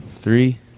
Three